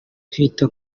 kwita